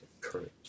courage